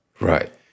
Right